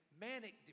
manic